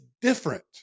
different